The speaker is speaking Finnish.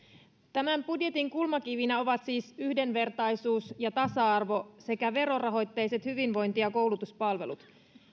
tämän budjetin kulmakivinä ovat siis yhdenvertaisuus ja tasa arvo sekä verorahoitteiset hyvinvointi ja koulutuspalvelut